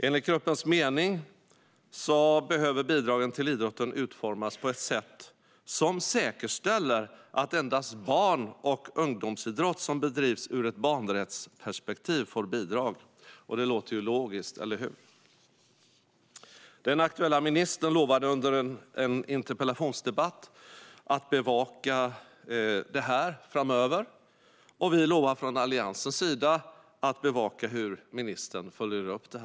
Enligt gruppens mening behöver bidragen till idrotten utformas på ett sätt som säkerställer att endast barn och ungdomsidrott som bedrivs ur ett barnrättsperspektiv får bidrag. Det låter ju logiskt, eller hur? Den aktuella ministern lovade under en interpellationsdebatt att bevaka detta framöver. Vi lovar från Alliansens sida att bevaka hur ministern följer upp det.